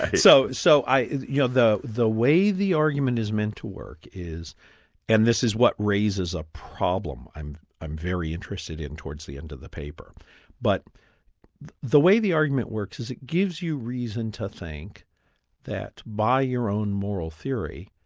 so so yeah the the way the argument is meant to work is and this is what raises a problem i'm i'm very interested in towards the end of the paper but the way the argument works is it gives you reason to think that by your own moral theory,